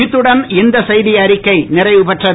இத்துடன் இந்த செய்தி அறிக்கை நிறைவு பெறுகிறது